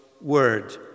word